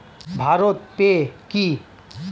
Bharat pay কি?